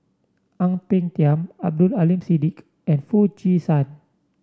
Ang Peng Tiam Abdul Aleem Siddique and Foo Chee San